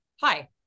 hi